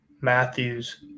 Matthews